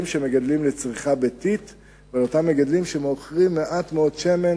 שמגדלים לצריכה ביתית ועל אותם מגדלים שמוכרים מעט מאוד שמן